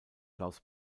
klaus